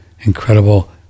incredible